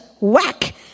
Whack